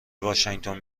واشینگتن